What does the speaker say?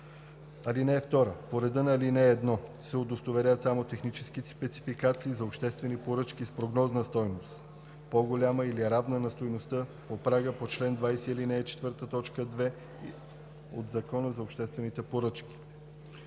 ал. 6. (2) По реда на ал. 1 се удостоверяват само техническите спецификации за обществени поръчки с прогнозна стойност, по-голяма или равна на стойността по прага по чл. 20, ал. 4, т. 2 от Закона за обществените поръчки.“